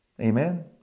Amen